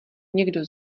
někdo